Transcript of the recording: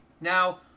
Now